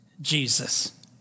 Jesus